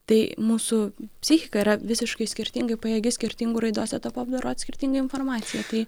tai mūsų psichika yra visiškai skirtingai pajėgi skirtingu raidos etapu apdorot skirtingą informaciją tai